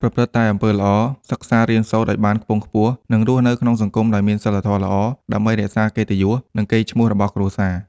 ប្រព្រឹត្តតែអំពើល្អ សិក្សារៀនសូត្រឱ្យបានខ្ពង់ខ្ពស់ និងរស់នៅក្នុងសង្គមដោយមានសីលធម៌ល្អ ដើម្បីរក្សាកិត្តិយស និងកេរ្តិ៍ឈ្មោះរបស់គ្រួសារ។